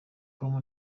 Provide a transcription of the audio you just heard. com